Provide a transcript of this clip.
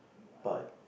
but